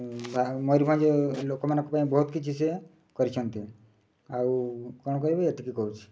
ମୟୂରଭଞ୍ଜ ଲୋକମାନଙ୍କ ପାଇଁ ବହୁତ କିଛି ସେ କରିଛନ୍ତି ଆଉ କ'ଣ କହିବି ଏତିକି କହୁଛି